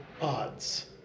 odds